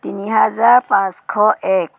তিনি হাজাৰ পাঁচশ এক